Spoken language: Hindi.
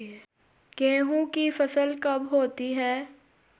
गेहूँ की फसल कब होती है?